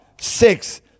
six